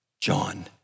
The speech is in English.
John